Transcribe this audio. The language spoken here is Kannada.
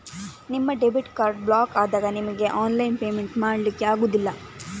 ನಿಮ್ಮ ಡೆಬಿಟ್ ಕಾರ್ಡು ಬ್ಲಾಕು ಆದಾಗ ನಿಮಿಗೆ ಆನ್ಲೈನ್ ಪೇಮೆಂಟ್ ಮಾಡ್ಲಿಕ್ಕೆ ಆಗುದಿಲ್ಲ